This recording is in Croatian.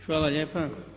Hvala lijepa.